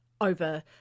over